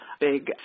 big